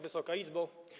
Wysoka Izbo!